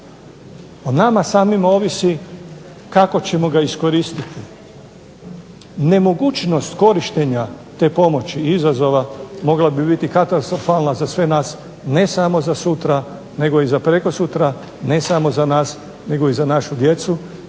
O nama samima ovisi kako ćemo ga iskoristiti. Nemogućnost korištenja te pomoći izazova mogla bi biti katastrofalna za sve nas ne samo za sutra nego i za prekosutra, ne samo za nas nego i za našu djecu.